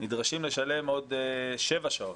נדרשים לשלם עוד שבע שעות,